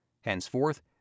Henceforth